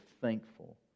thankful